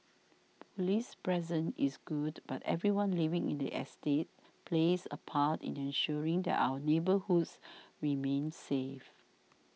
police presence is good but everyone living in the estate plays a part in ensuring that our neighbourhoods remain safe